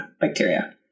bacteria